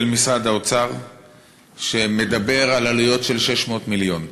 משרד האוצר שמדבר על עלויות של 600 מיליון.